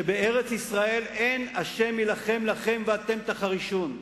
שבארץ-ישראל אין "ה' יילחם לכם ואתם תחרישון".